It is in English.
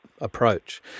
approach